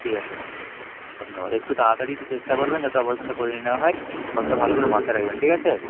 ঠিক আছে রাখুন ধন্যবাদ একটু তাড়াতাড়ি চেষ্টা করবেন যাতে অপারেশানটা করিয়ে নেওয়া হয় কথাটা ভালো করে মাথায় রাখবেন ঠিক আছে